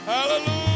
Hallelujah